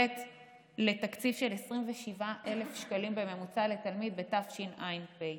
לתקציב של 27,000 שקלים בממוצע לתלמיד בתשע"ה.